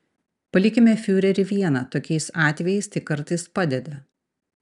palikime fiurerį vieną tokiais atvejais tai kartais padeda